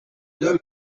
d’homme